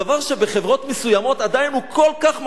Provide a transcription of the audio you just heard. דבר שבחברות מסוימות עדיין הוא כל כך משמעותי,